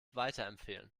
weiterempfehlen